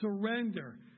Surrender